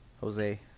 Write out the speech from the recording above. Jose